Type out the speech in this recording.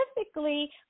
Specifically